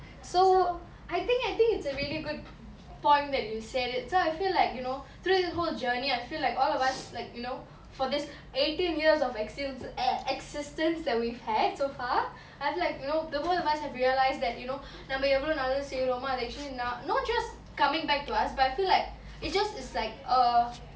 so I think I think it's a really good point that you said it so I feel like you know through the whole journey I feel like all of us like you know for this eighteen years of exist~ existence that we've had so far I've like you know the both of us have realised that you know நம்ம எவளோ நல்லா செய்ரமோ அது:namma evalo nalla seiramo athu actually நா:na not just coming back to us but I feel like it's just it's like a